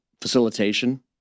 facilitation